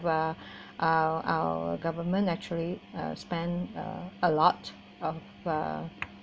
uh our our government actually err spend uh a lot of uh